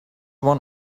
one